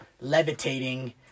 levitating